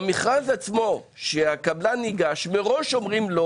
במכרז עצמו שהקבלן ניגש מראש אומרים לו